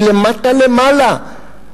מלמטה למעלה,